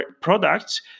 products